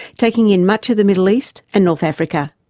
taking in much of the middle east and north africa.